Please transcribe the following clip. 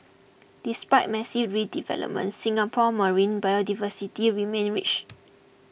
despite massive redevelopment Singapore's marine biodiversity remain rich